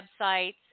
websites